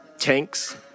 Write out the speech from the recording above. tanks